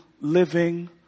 living